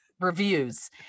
reviews